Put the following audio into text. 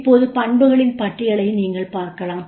இப்போது பண்புகளின் பட்டியலை நீங்கள் பார்க்கலாம்